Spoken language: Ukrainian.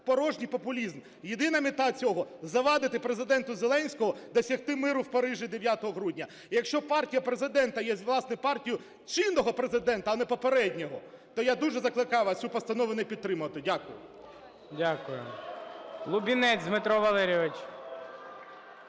порожній популізм. Єдине мета цього – завадити Президенту Зеленському досягти миру в Парижі 9 грудня. І якщо партія Президента є, власне, партією чинного Президента, а не попереднього, то я дуже закликаю вас цю постанову не підтримувати. Дякую.